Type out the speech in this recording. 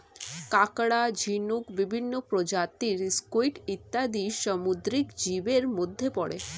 কাঁকড়া, ঝিনুক, বিভিন্ন প্রজাতির স্কুইড ইত্যাদি সামুদ্রিক জীবের মধ্যে পড়ে